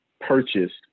purchased